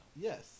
Yes